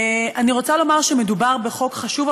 אני רוצה לומר שמדובר בחוק חשוב,